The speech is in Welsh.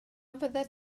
fyddet